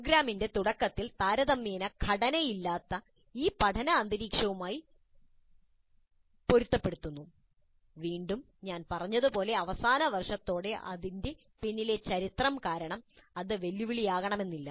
പ്രോഗ്രാമിന്റെ തുടക്കത്തിൽ താരതമ്യേന ഘടനയില്ലാത്ത ഈ പഠന അന്തരീക്ഷവുമായി പൊരുത്തപ്പെടുന്നു വീണ്ടും ഞാൻ പറഞ്ഞതുപോലെ അവസാന വർഷത്തോടെ അതിന്റെ പിന്നിലെ ചരിത്രം കാരണം അത് വെല്ലുവിളിയാകണമെന്നില്ല